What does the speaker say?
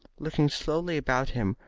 looking slowly about him,